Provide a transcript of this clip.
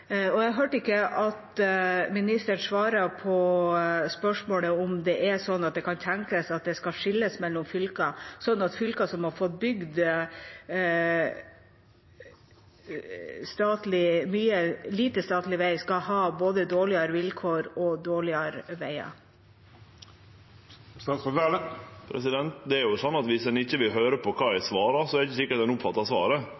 Jeg hørte ikke at ministeren svarte på spørsmålet om hvorvidt det kan tenkes at det skal skilles mellom fylker, slik at fylker som har fått bygd lite statlig vei, skal ha både dårligere vilkår og dårligere veier. Viss ein ikkje vil høyre på kva eg svarar, er det ikkje sikkert ein oppfattar svaret. Men eg sa jo at eg vil